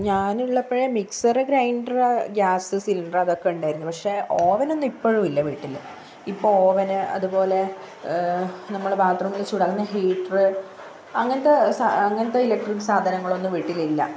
ഞാനുള്ളപ്പോഴേ mixer grinder gas cylinder അതൊക്കെ ഉണ്ടായിരുന്നു പക്ഷേ ഓവനൊന്നും ഇപ്പോഴും ഇല്ല വീട്ടിൽ ഇപ്പോൾ ഓവൻ അതുപോലെ നമ്മുടെ ബാത്ത് റൂമിൽ ചൂടാക്കുന്ന ഹീറ്റർ അങ്ങനത്തെ അങ്ങനത്തെ ഇലക്ട്രിക്ക് സാധനങ്ങളൊന്നും വീട്ടിലില്ല